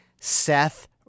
Seth